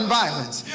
violence